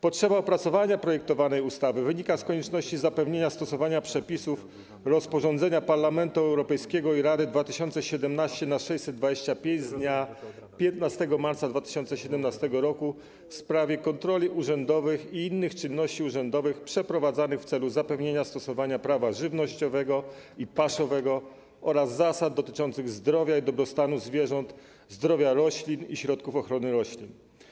Potrzeba opracowania projektowanej ustawy wynika z konieczności zapewnienia stosowania przepisów rozporządzenia Parlamentu Europejskiego i Rady 2017/625 z dnia 15 marca 2017 r. w sprawie kontroli urzędowych i innych czynności urzędowych przeprowadzanych w celu zapewnienia stosowania prawa żywnościowego i paszowego oraz zasad dotyczących zdrowia i dobrostanu zwierząt, zdrowia roślin i środków ochrony roślin.